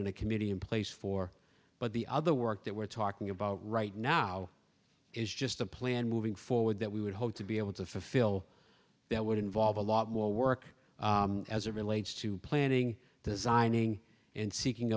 and a committee in place for but the other work that we're talking about right now is just a plan moving forward that we would hope to be able to fulfill that would involve a lot more work as a relates to planning designing and seeking